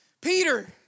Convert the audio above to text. Peter